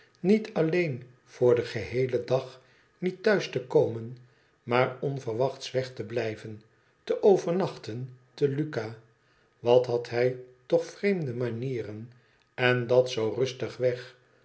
niet alleen voor den geheelen dag niet thuis te komen maar onverwachts weg te blijven te overnachten te lucca wat had hij toch vreemde manieren en dat zoo rustig weg